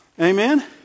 Amen